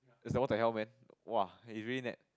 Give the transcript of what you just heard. it's like what the hell man !wah! it's really